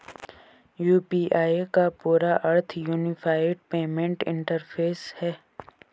UPI का पूरा अर्थ यूनिफाइड पेमेंट इंटरफ़ेस है